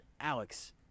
Alex